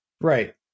Right